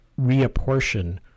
reapportion